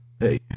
Hey